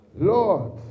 Lord